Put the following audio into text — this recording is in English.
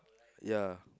yeah